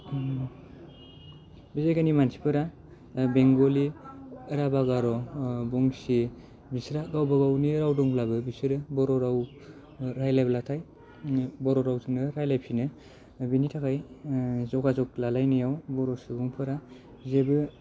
ओम बे जायगानि मानसिफोरा ओ बेंग'लि राभा गार' ओ बंसि बिसोरहा गावबागावनि राव दंब्लाबो बिसोरो बर' राव रायलायब्लाथाय ओम बर' रावजोंनो रायलायफिनो बिनि थाखाय ओ जगाजग लालायनायाव बर सुबुंफोरा जेबो